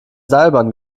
seilbahn